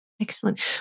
Excellent